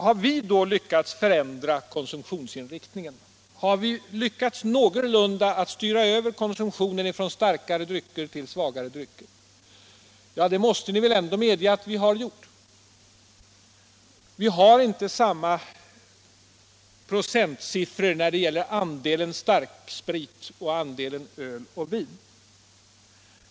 Har vi då lyckats förändra konsumtionsinriktningen? Har vi någorlunda lyckats med att styra över konsumtionen från starkare till svagare drycker? Det måste ni väl medge att vi har. Vi har inte längre samma övervikt som tidigare för starksprit i förhållande till öl och vin.